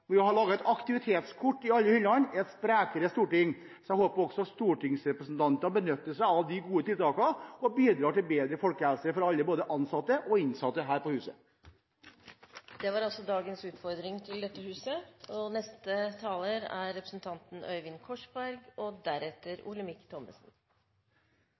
Vi har lagt et aktivitetskort i alle hyllene – Et sprekere Storting, så jeg håper også stortingsrepresentanter benytter seg av de gode tiltakene og bidrar til bedre folkehelse for alle – både ansatte og innsatte her på huset. Det var dagens utfordring til dette huset.